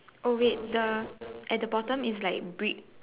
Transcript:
oh wait the at the bottom is like brick